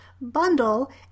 bundle